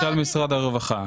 למשל, משרד הרווחה.